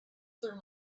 through